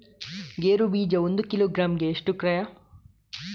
ಗೇರು ಬೀಜ ಒಂದು ಕಿಲೋಗ್ರಾಂ ಗೆ ಎಷ್ಟು ಕ್ರಯ?